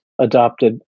adopted